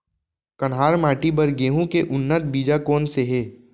कन्हार माटी बर गेहूँ के उन्नत बीजा कोन से हे?